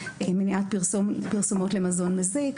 מניעת פרסומות למזון מזיק,